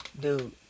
Dude